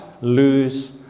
lose